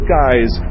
guys